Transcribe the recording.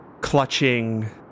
clutching